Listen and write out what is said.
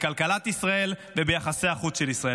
בכלכלת ישראל וביחסי החוץ של ישראל.